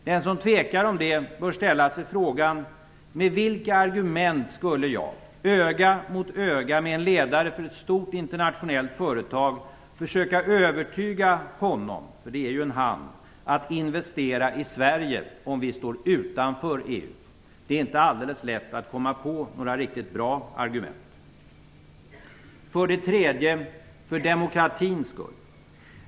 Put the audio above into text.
Den som tvekar om det bör ställa sig frågan: Med vilka argument skulle jag, öga mot öga med en ledare för ett stort internationellt företag, försöka övertyga honom - för det är ju han - att investera i Sverige om vi står utanför EU? Det är inte alldeles lätt att komma på några riktigt bra argument. För det tredje: för demokratins skull.